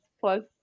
plus